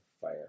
fire